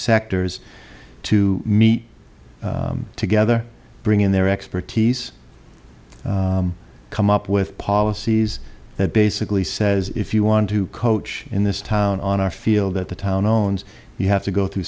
sectors to meet together bring in their expertise come up with policies that basically says if you want to coach in this town on our feel that the town owns you have to go through